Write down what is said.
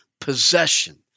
possession